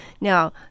Now